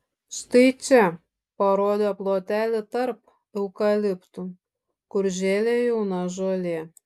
štai čia parodė plotelį tarp eukaliptų kur žėlė jauna žolė